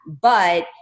but-